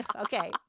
Okay